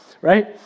right